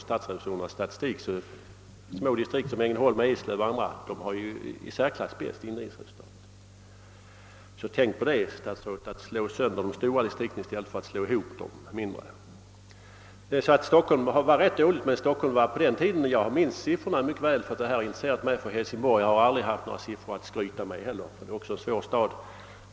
Statsrevisorernas statistik visar att små distrikt som Ängelholm och Eslöv har de i särklass bästa indrivningsresultaten. Tänk på det, herr statsråd! Slå sönder de stora distrikten i stället för att slå ihop de små! Jag minns de tidigare siffrorna mycket väl, ty detta har naturligtvis intresserat mig. Hälsingborg har inte heller haft några siffror att skryta med.